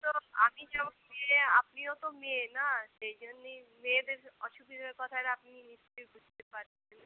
তো আমি যেমন মেয়ে আপনিও তো মেয়ে না সেই জন্যেই মেয়েদের অসুবিধের কথাটা আপনি নিশ্চই বুঝতে পারছেন